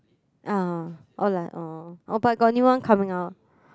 ah or like oh but got new one coming out